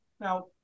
Now